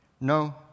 No